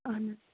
اَہَن حظ